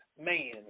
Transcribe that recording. man